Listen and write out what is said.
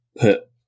put